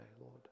Lord